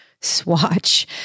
swatch